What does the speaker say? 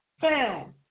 found